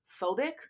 phobic